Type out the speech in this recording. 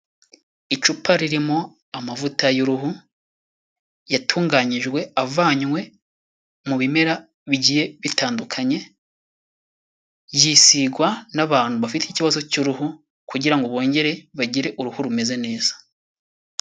Icupa ririmo amavuta y'uruhu yatunganyijwe avanywe mu bimera bigiye bitandukanye, yisigwa n'abantu bafite ikibazo cy'uruhu kugira ngo bongere bagire uruhu rumeze neza.